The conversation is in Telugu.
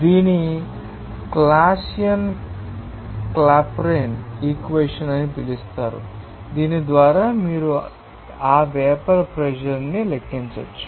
దీనిని క్లాసియస్ క్లాపెరాన్ ఇక్వేషన్ అని పిలుస్తారు దీని ద్వారా మీరు ఆ వేపర్ ప్రెషర్ న్ని లెక్కించవచ్చు